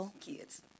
Kids